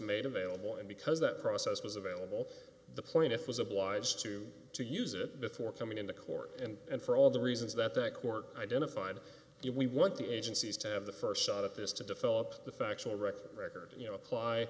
made available and because that process was available the plaintiff was obliged to to use it before coming into court and for all the reasons that the court identified it we want the agencies to have the st shot at this to develop the factual record record you know apply